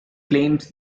claims